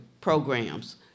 Programs